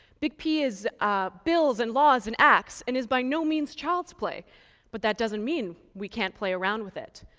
big p is ah bills and laws and acts and is, by no means, a child's play but that doesn't mean we can't play around with it.